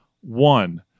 One